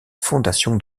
fondation